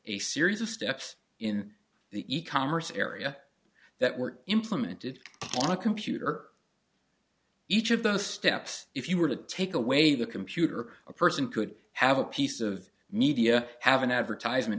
a series of steps in the e commerce area that were implemented on a computer each of those steps if you were to take away the computer a person could have a piece of media have an advertisement